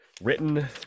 written